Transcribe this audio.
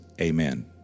amen